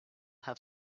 have